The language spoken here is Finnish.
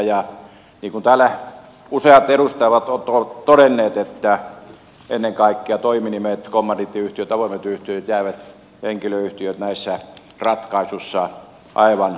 niin kuin täällä useat edustajat ovat todenneet ennen kaikkea toiminimet kommandiittiyhtiöt avoimet yhtiöt henkilöyhtiöt jäävät näissä ratkaisuissa aivan mopen osalle